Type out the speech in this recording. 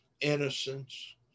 innocence